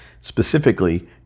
Specifically